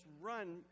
run